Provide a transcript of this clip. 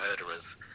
Murderers